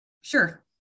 sure